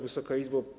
Wysoka Izbo!